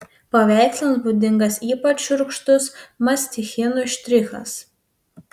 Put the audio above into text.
paveikslams būdingas ypač šiurkštus mastichinų štrichas